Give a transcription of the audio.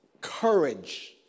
courage